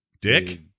dick